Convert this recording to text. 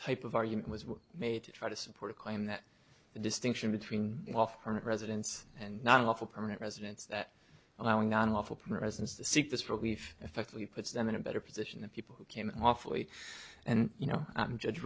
type of argument was made to try to support a claim that the distinction between off current residence and not a lawful permanent residence that allowing unlawful presence to seek this relief effectively puts them in a better position than people who came awfully and you know i'm judge